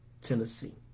Tennessee